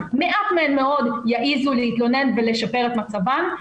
מעט מאוד מהן יעזו להתלונן כדי לשפר את מצבן.